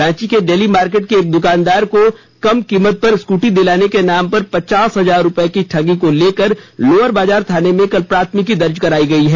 रांची के daily market के एक द्कानदार को कम कीमत पर स्कूटी दिलाने के नाम पर पचास हजार रुपए की ठगी को लेकर लोअर बाजार थाने में कल प्राथमिकी दर्ज कराई गई है